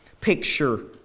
picture